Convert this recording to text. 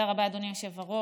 רבה, אדוני היושב-ראש.